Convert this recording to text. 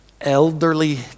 elderly